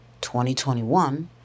2021